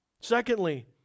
Secondly